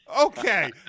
Okay